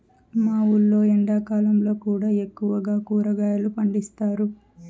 మా ఊర్లో ఎండాకాలంలో కూడా ఎక్కువగా కూరగాయలు పండిస్తారు